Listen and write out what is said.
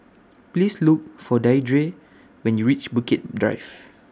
Please Look For Deirdre when YOU REACH Bukit Drive